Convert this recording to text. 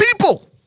people